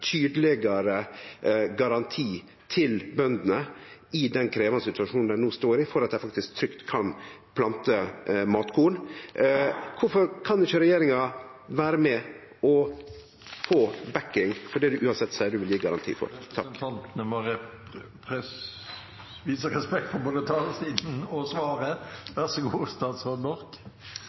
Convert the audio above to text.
tydelegare garanti til bøndene i den krevjande situasjonen dei no står i, for at dei trygt kan plante matkorn. Kvifor kan ikkje regjeringa vere med på å få backing for det statsråden uansett seier ho vil gje ein garanti for? Representantene må vise respekt for både taletiden og svaret.